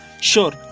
sure